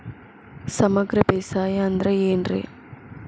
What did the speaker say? ಸಮಗ್ರ ಬೇಸಾಯ ಅಂದ್ರ ಏನ್ ರೇ?